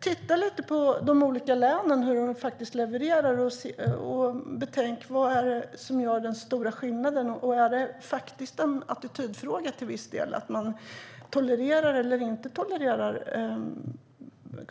Titta lite på hur de olika länen faktiskt levererar och betänk vad som är den stora skillnaden! Är det till viss del en attitydfråga att man tolererar eller inte tolererar